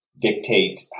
dictate